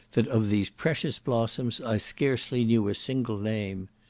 that of these precious blossoms i scarcely knew a single name.